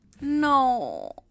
No